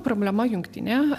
problema jungtinė